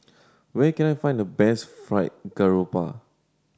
where can I find the best Fried Garoupa